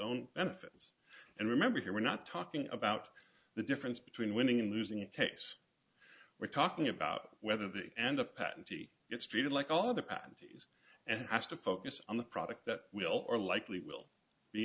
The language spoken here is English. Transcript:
own benefits and remember here we're not talking about the difference between winning and losing a case we're talking about whether the end of patente gets treated like all other panties and has to focus on the product that will or likely will be